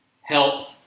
help